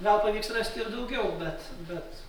gal pavyks rasti ir daugiau bet bet